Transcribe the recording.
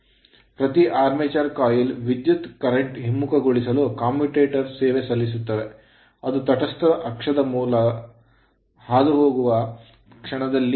ಪ್ರತಿ armature coil armature ಸುರುಳಿಯಲ್ಲಿ ವಿದ್ಯುತ್ current ಕರೆಂಟ್ ಹಿಮ್ಮುಖಗೊಳಿಸಲು commutator ಕಮ್ಯೂಟೇಟರ್ ಗಳು ಸೇವೆ ಸಲ್ಲಿಸುತ್ತವೆ ಅದು ತಟಸ್ಥ ಅಕ್ಷದ ಮೂಲಕ ಹಾದುಹೋಗುವ ಕ್ಷಣದಲ್ಲಿ